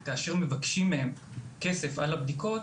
וכאשר מבקשים מהם כסף על הבדיקות,